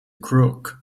crook